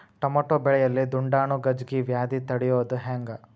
Tomato ಬೆಳೆಯಲ್ಲಿ ದುಂಡಾಣು ಗಜ್ಗಿ ವ್ಯಾಧಿ ತಡಿಯೊದ ಹೆಂಗ್?